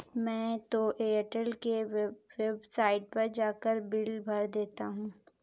मैं तो एयरटेल के वेबसाइट पर जाकर बिल भर देता हूं